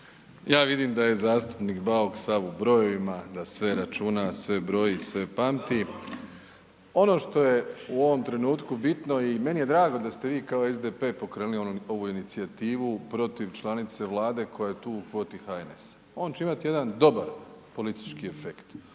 Ja vidim da je zastupnik Bauk sav u brojevima, da sve računa, sve broji i sve pamti. Ono što je u ovom trenutku bitno i meni je drago ste vi kao SDP pokrenuli ovu inicijativu protiv članice Vlade koja je tu u kvoti HNS. On će imati jedan dobar politički efekt.